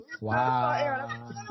Wow